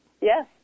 yes